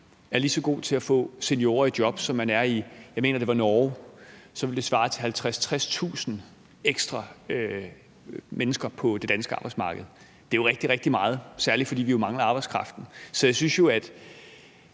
er lige så god til at få seniorer i job, som man er det i Norge, mener jeg det var, så ville det svare til 50.000-60.000 ekstra mennesker på det danske arbejdsmarked. Det er jo rigtig, rigtig mange, særlig fordi vi jo mangler arbejdskraften. Så jeg synes jo, at